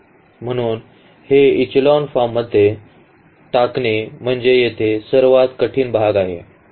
म्हणून हे इचेलॉन फॉर्ममध्ये टाकणे म्हणजे येथे सर्वात कठीण भाग आहे